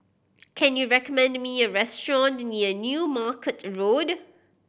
can you recommend me a restaurant near New Market Road